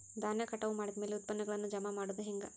ಧಾನ್ಯ ಕಟಾವು ಮಾಡಿದ ಮ್ಯಾಲೆ ಉತ್ಪನ್ನಗಳನ್ನು ಜಮಾ ಹೆಂಗ ಮಾಡೋದು?